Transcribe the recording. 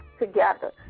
together